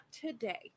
today